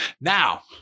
Now